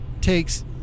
takes